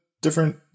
Different